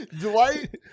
Dwight